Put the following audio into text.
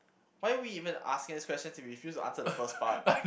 why we even asking us questions if we refuse to answer the first part